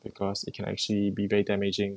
because it can actually be very damaging